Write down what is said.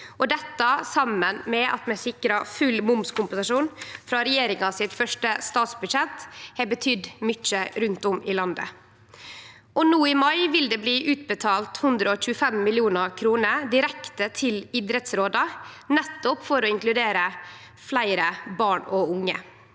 Dette, saman med at vi sikrar full momskompensasjon frå regjeringa sitt første statsbudsjett, har betydd mykje rundt om i landet. No i mai vil det bli utbetalt 125 mill. kr direkte til idrettsråda, nettopp for å inkludere fleire barn og unge